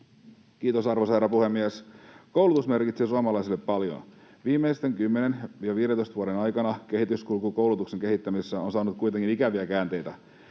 Kiitos, arvoisa herra puhemies! Koulutus merkitsee suomalaisille paljon. Viimeisten 10—15 vuoden aikana kehityskulku koulutuksen kehittämisessä on saanut kuitenkin ikäviä käänteitä.